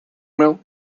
mill